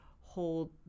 hold